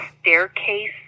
staircase